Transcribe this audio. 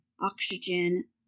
oxygen